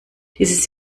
dieses